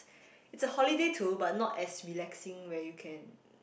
it's a holiday too but not as relaxing where you can